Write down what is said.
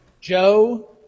Joe